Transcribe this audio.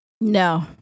No